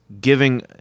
giving